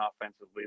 offensively